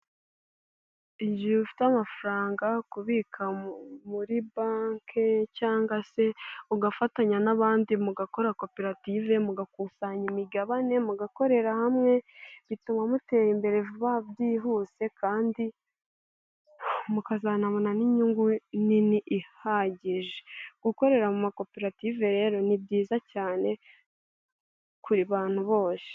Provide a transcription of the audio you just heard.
Igihe ufite amafaranga kubika muri banki cyangwa se, ugafatanya n'abandi mugakora koperative mugakusanya imigabane mugakorera hamwe, bituma mutera imbere vuba byihuse kandi mukazanabona n'inyungu nini ihagije. Gukorera mu makoperative rero ni byiza cyane ku bantu bose.